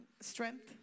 strength